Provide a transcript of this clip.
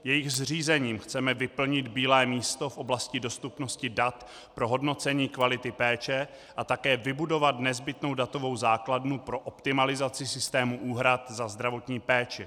Jejich zřízením chceme vyplnit bílé místo v oblasti dostupnosti dat pro hodnocení kvality péče a také vybudovat nezbytnou datovou základnu pro optimalizaci systému úhrad za zdravotní péči.